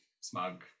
smug